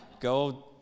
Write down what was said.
go